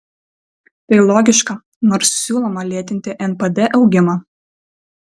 tai logiška nors siūloma lėtinti npd augimą